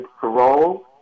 parole